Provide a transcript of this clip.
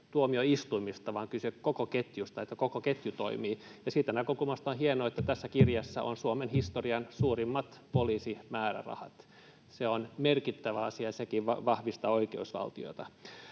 tuomioistuimista, vaan kyse on koko ketjusta, että koko ketju toimii, ja siitä näkökulmasta on hienoa, että tässä kirjassa on Suomen historian suurimmat poliisimäärärahat. Se on merkittävä asia, sekin vahvistaa oikeusvaltiota.